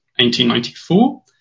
1894